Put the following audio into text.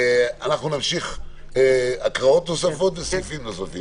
אנחנו נמשיך הקראות נוספות וסעיפים נוספים.